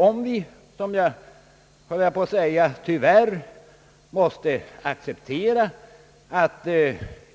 Om vi, som jag höll på att säga, tyvärr måste acceptera att